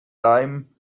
time